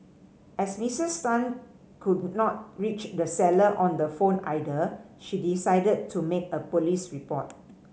as Missis Tan could not reach the seller on the phone either she decided to make a police report